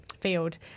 field